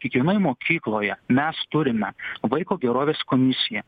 kiekvienoj mokykloje mes turime vaiko gerovės komisiją